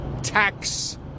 tax